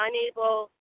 unable